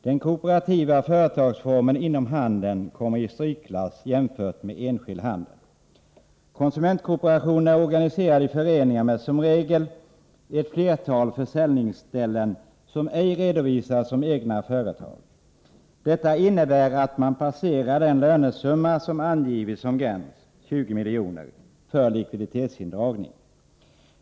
Den kooperativa företagsformen inom handeln kommer i strykklass jämfört med enskild handel. Konsumentkooperationen är organiserad i föreningar med som regel ett flertal försäljningsställen som ej redovisas som egna företag. Detta innebär att man passerar den lönesumma som angivits som gräns — 20 milj.kr. — för likviditetsindragning.